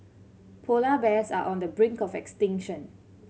polar bears are on the brink of extinction